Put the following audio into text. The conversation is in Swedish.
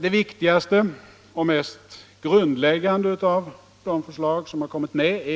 Det viktigaste och mest grundläggande av de förslag som har kommit med